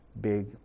big